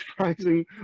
surprising